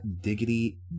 diggity